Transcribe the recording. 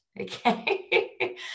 Okay